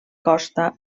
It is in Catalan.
costa